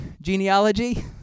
genealogy